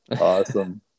Awesome